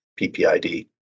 PPID